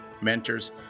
mentors